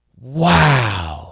Wow